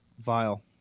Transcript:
Vile